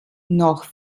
noch